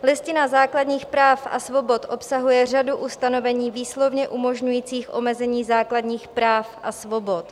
Listina základních práv a svobod obsahuje řadu ustanovení výslovně umožňujících omezení základních práv a svobod.